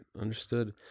Understood